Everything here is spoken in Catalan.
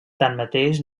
tanmateix